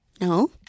No